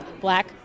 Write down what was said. black